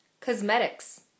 Cosmetics